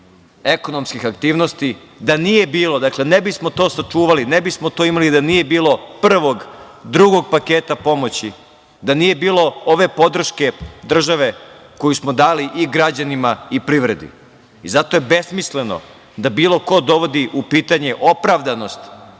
ekonomskih aktivnosti. Da nije bilo, ne bismo to sačuvali, ne bismo to imali, da nije bilo prvog, drugog paketa pomoći, da nije bilo ove podrške države koju smo dali i građanima i privredi. Zato je besmisleno da bilo ko dovodi u pitanje opravdanost